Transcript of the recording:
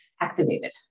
activated